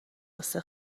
غصه